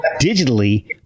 digitally